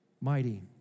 mighty